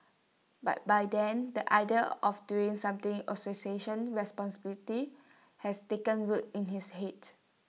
but by then the idea of doing something association responsibility has taken root in his Head